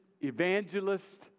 evangelist